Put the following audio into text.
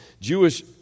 Jewish